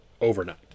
overnight